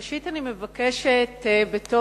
ראשית אני מבקשת לציין,